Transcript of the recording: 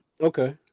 Okay